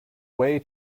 way